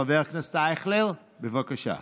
חבר הכנסת אייכלר, בבקשה.